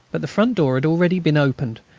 but the front door had already been opened,